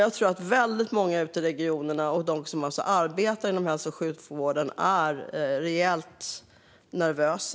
Jag tror att väldigt många ute i regionerna och de som arbetar inom hälso och sjukvården är rejält nervösa.